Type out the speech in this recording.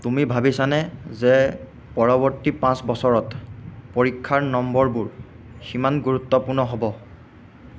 তুমি ভাবিছানে যে পৰৱৰ্তী পাঁচ বছৰত পৰীক্ষাৰ নম্বৰবোৰ সিমান গুৰুত্বপূৰ্ণ হ'ব